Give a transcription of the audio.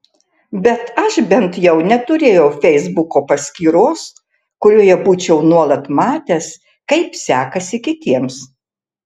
bet aš bent jau neturėjau feisbuko paskyros kurioje būčiau nuolat matęs kaip sekasi kitiems